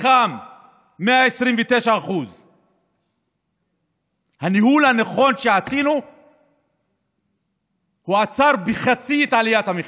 פחם 129%. הניהול הנכון שעשינו עצר בחצי את עליית המחיר.